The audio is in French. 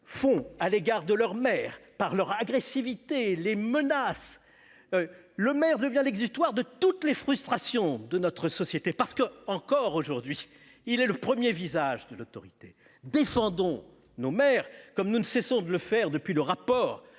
à l'égard de leur maire par leur agressivité ou leurs menaces. Le maire devient l'exutoire de toutes les frustrations de notre société, parce que, encore aujourd'hui, il est le premier visage de l'autorité. Défendons nos maires, comme nous ne cessons de le faire depuis le rapport